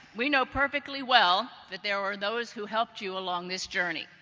we know perfectly well that there are those who helped you along this journey.